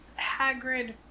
Hagrid